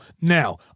Now